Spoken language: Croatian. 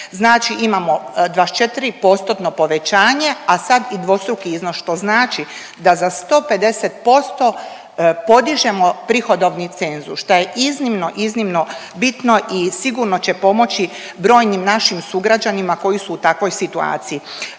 znači imamo 24%-tno povećanje, a sad i dvostruki iznos, što znači da za 150% podižemo prihodovni cenzus, šta je iznimno, iznimno bitno i sigurno će pomoći brojnim našim sugrađanima koji su u takvoj situaciji.